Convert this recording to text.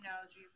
analogy